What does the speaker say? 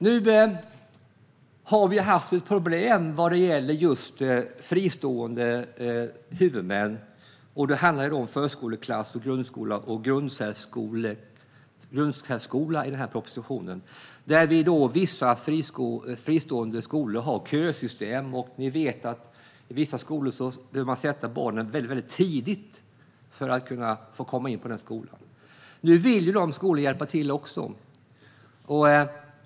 Vi har haft ett problem när det gäller just fristående huvudmän. Det handlar om förskoleklass, grundskola och grundsärskola i denna proposition. Vissa fristående skolor har kösystem, och vi vet att man i vissa skolor behöver sätta barnen i kö väldigt tidigt för att de ska kunna få komma in där. Men nu vill fristående skolor också hjälpa till.